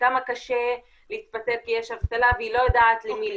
כמה קשה להתפטר כי יש אבטלה והיא לא יודעת למי לפנות.